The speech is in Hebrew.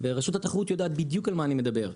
ורשות התחרות יודעת בדיוק על מה אני מדבר.